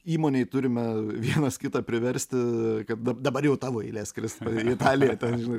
įmonėj turime vienas kitą priversti kad dabar jau tavo eilė skrist į italiją ten žinai